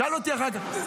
תשאל אותי אחר כך,